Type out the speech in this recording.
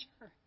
Sure